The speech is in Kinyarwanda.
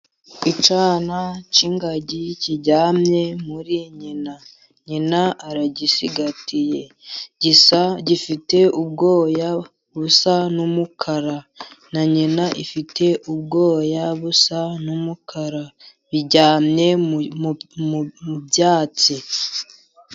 Icyana cy'ingagi kiryamye muri nyina, nyina aragisigatiye. Gifite ubwoya busa n'umukara, na nyina ifite ubwoya busa n'umukara, biryamye mu byatsi.